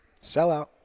Sellout